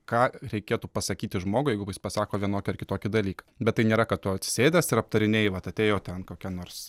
ką reikėtų pasakyti žmogui jeigu jis pasako vienokį ar kitokį dalyką bet tai nėra kad tu atsisėdęs ir aptarinėji vat atėjo ten kokia nors